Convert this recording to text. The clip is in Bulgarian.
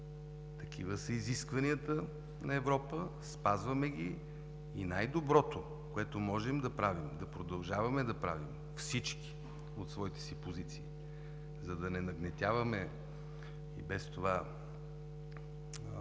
Такива са изискванията на Европа, спазваме ги и най-доброто, което можем да правим, да продължаваме да правим, всички, от своите си позиции, за да не нагнетяваме и без това